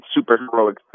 superheroic